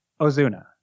Ozuna